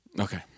Okay